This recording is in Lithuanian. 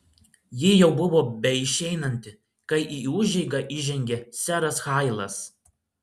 ji jau buvo beišeinanti kai į užeigą įžengė seras hailas